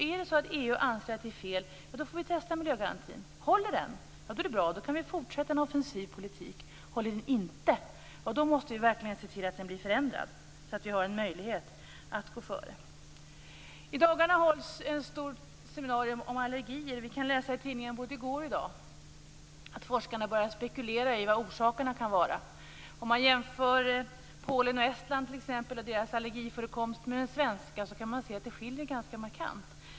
Är det så att EU anser att det är fel får vi testa miljögarantin. Håller den är det bra, och då kan vi fortsätta en offensiv politik. Håller den inte måste vi verkligen se till att den blir förändrad så att vi har en möjlighet att gå före. I dagarna hålls ett stort seminarium om allergier. Vi har kunnat läsa i tidningen både i går och i dag att forskarna börjat spekulera i vilka orsakerna kan vara. Om man jämför t.ex. Polen och Estland och deras allergiförekomst med den svenska kan man se att det skiljer ganska markant.